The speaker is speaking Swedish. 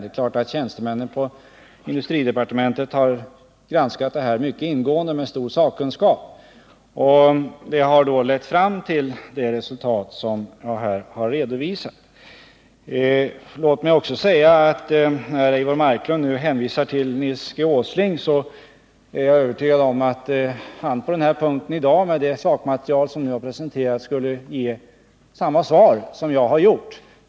Det är klart att tjänstemännen på industridepartementet har granskat frågan mycket ingående med stor sakkunskap, och det har lett fram till det resultat jag här har redovisat. Eivor Marklund hänvisar till Nils G. Åsling, och jag är övertygad om att han på denna punkt, med det sakmaterial som har presenterats, skulle ge samma svar som jag har gjort.